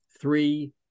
three